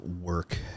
work